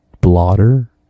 blotter